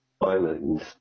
islands